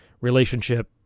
relationship